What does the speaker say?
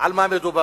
בה על מה מדובר,